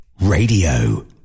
Radio